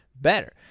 better